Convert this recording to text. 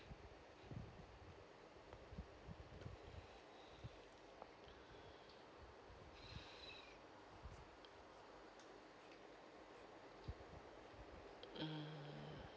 mm